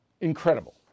Incredible